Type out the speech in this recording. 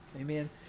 Amen